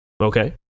Okay